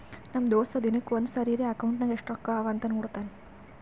ನಮ್ ದೋಸ್ತ ದಿನಕ್ಕ ಒಂದ್ ಸರಿರೇ ಅಕೌಂಟ್ನಾಗ್ ಎಸ್ಟ್ ರೊಕ್ಕಾ ಅವಾ ಅಂತ್ ನೋಡ್ತಾನ್